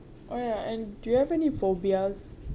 oh ya and do you have any phobias